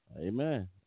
Amen